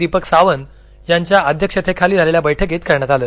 दीपक सावंत यांच्या अध्यक्षतेखाली झालेल्या बैठकीत करण्यात आलं